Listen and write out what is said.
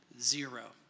Zero